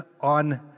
on